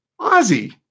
Ozzy